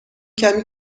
کمی